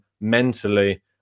mentally